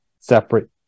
separate